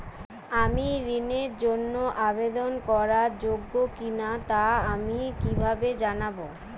আমি ঋণের জন্য আবেদন করার যোগ্য কিনা তা আমি কীভাবে জানব?